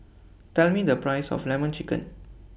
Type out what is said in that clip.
Tell Me The Price of Lemon Chicken